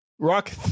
Rock